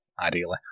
ideally